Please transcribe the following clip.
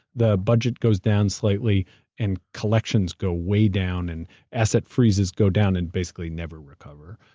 the budget goes down slightly and collections go way down, and asset freezes go down and basically never recover.